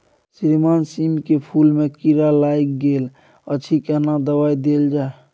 श्रीमान सीम के फूल में कीरा लाईग गेल अछि केना दवाई देल जाय?